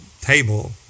table